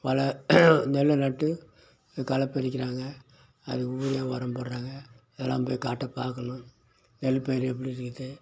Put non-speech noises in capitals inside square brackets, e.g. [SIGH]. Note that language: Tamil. வள நெல்லை நட்டு களை பறிக்கிறாங்க அது [UNINTELLIGIBLE] உரம் போட்றாங்க இதெல்லாம் போய் காட்டை பார்க்கணும் நெல்பயிர் எப்படி இருக்குது